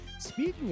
speaking